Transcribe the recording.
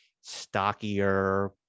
stockier